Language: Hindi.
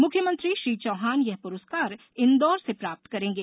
मुख्यमंत्री श्री चौहान यह पुरस्कार इंदौर से प्राप्त करेंगे